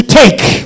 take